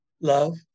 love